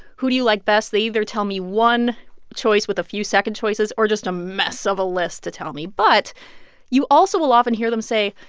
who do you like best? they either tell me one choice with a few second choices or just a mess of a list to tell me. but you also will often hear them say,